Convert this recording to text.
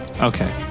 Okay